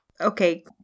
Okay